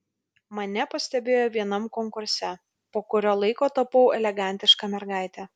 mane pastebėjo vienam konkurse po kurio laiko tapau elegantiška mergaite